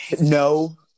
No